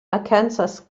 arkansas